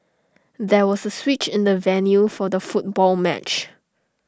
there was A switch in the venue for the football match